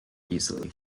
easily